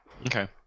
okay